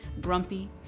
grumpy